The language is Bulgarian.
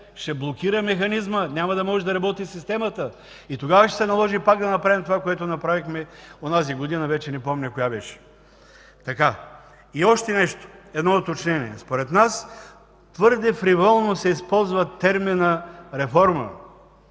ще блокира механизмът, няма да може да работи системата и тогава ще се наложи пак да направим това, което направихме онази година, вече не помня коя беше. И още едно уточнение. Според нас твърде фриволно се използва терминът „реформа”.